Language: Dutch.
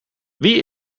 wie